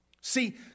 See